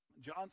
John